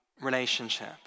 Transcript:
relationship